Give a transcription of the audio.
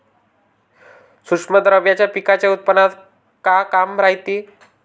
सूक्ष्म द्रव्याचं पिकाच्या उत्पन्नात का काम रायते?